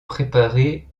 préparer